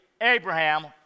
Abraham